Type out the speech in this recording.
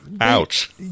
Ouch